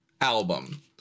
album